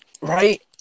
right